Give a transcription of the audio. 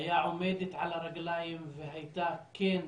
הייתה עומדת על הרגליים וכן